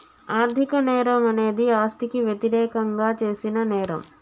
ఆర్థిక నేరం అనేది ఆస్తికి వ్యతిరేకంగా చేసిన నేరం